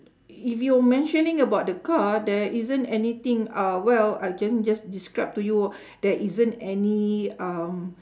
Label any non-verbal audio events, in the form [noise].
if you're mentioning about the car there isn't anything uh well I j~ just describe to you [breath] there isn't any um